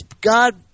God